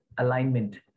alignment